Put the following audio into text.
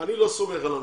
אני לא סומך על הממשלה,